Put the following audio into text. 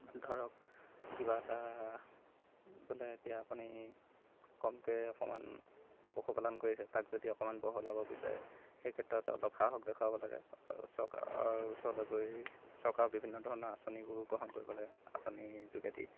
ধৰক কিবা এটা বোলে এতিয়া আপুনি কমকৈ অকণমান পশুপালন কৰিছে তাক যদি অকণমান বহলাব বিচাৰে সেই ক্ষেত্ৰত অলপ সাহস দেখুৱাব লাগে চৰকাৰৰ ওচৰলৈ গৈ চৰকাৰৰ বিভিন্ন ধৰণৰ আঁচনিবোৰ গ্ৰহণ কৰিব লাগে আঁচনিৰ যোগেদি